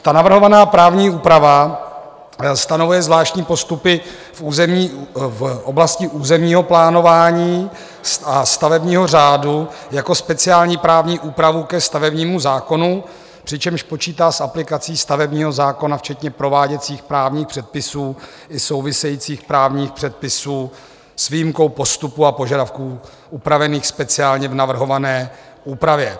Ta navrhovaná právní úprava stanovuje zvláštní postupy v oblasti územního plánování a stavebního řádu jako speciální právní úpravu ke stavebnímu zákonu, přičemž počítá s aplikací stavebního zákona včetně prováděcích právních předpisů i souvisejících právních předpisů s výjimkou postupu a požadavků upravených speciálně v navrhované úpravě.